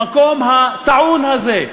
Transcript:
במקום הטעון הזה.